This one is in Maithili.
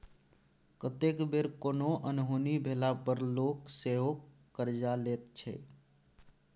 कतेक बेर कोनो अनहोनी भेला पर लोक सेहो करजा लैत छै